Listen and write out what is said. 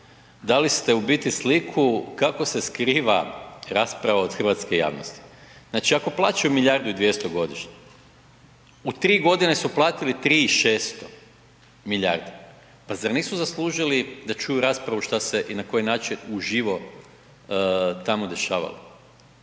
dali ste u biti sliku kako se skriva rasprava od hrvatske javnosti. Znači, ako plaćaju milijardu i 200 godišnje, u 3.g. su platili 3 i 600 milijardi, pa zar nisu zaslužili da čuju raspravu šta se i na koji način uživo tamo dešavalo?